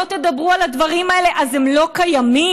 אם לא תדברו על הדברים האלה אז הם לא יהיו קיימים?